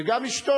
וגם אשתו,